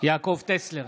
יעקב טסלר,